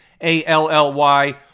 A-L-L-Y